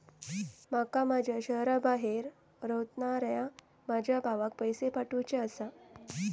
माका माझ्या शहराबाहेर रव्हनाऱ्या माझ्या भावाक पैसे पाठवुचे आसा